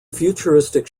futuristic